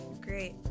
great